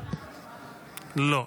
לא.